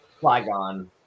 flygon